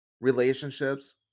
relationships